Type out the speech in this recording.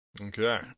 Okay